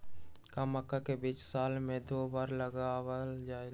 का मक्का के बीज साल में दो बार लगावल जला?